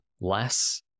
less